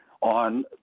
on